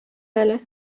әле